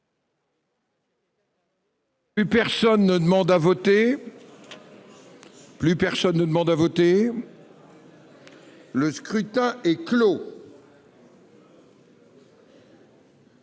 Plus personne ne demande à voter. Plus personne ne demande à voter. Le scrutin est clos.